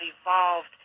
evolved